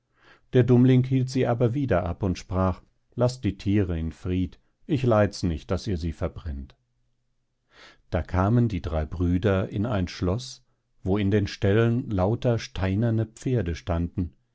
der dummling hielt sie aber wieder ab und sprach laßt die thiere in fried ich leids nicht daß ihr sie verbrennt da kamen die drei brüder in ein schloß wo in den ställen lauter steinerne pferde standen